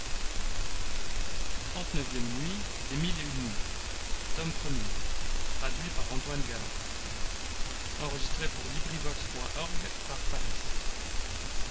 gutenberg's les mille et une nuits